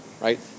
right